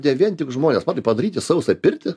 ne vien tik žmonės matai padaryti sausą pirtį